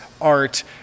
Art